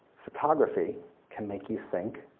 photography can make you think,